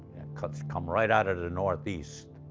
cuts come right outta the north-east,